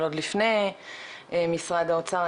אבל עוד לפני משרד האוצר,